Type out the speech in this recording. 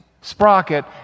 sprocket